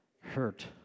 hurt